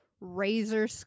Razor